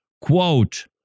quote